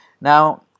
Now